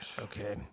Okay